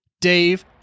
Dave